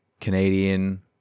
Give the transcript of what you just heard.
Canadian